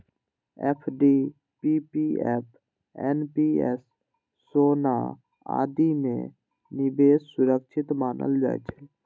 FD, PPF, NPS, सोना आदि मे निवेश सुरक्षित मानल जाइ छै